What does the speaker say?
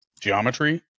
geometry